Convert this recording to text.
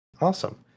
Awesome